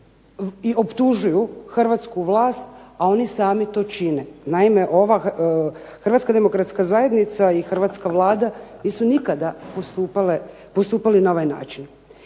i optužuju hrvatsku vlast, a oni sami to čine. Naime, HDZ i hrvatska Vlada nisu nikada postupali na ovaj način.